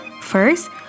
First